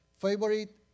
favorite